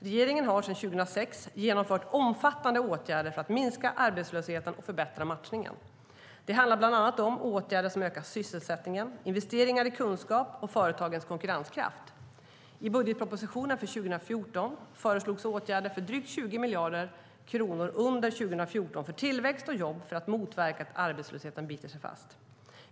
Regeringen har sedan 2006 vidtagit omfattande åtgärder för att minska arbetslösheten och förbättra matchningen. Det handlar bland annat om åtgärder som ökar sysselsättningen samt investeringar i kunskap och företagens konkurrenskraft. I budgetpropositionen för 2014 föreslogs åtgärder för drygt 20 miljarder kronor under 2014 för tillväxt och jobb för att motverka att arbetslösheten biter sig fast.